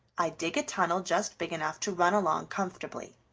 i dig a tunnel just big enough to run along comfortably.